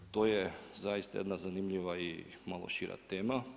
To je zaista jedna zanimljiva i malo šira tema.